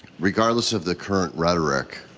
regardless of the current rhetoric,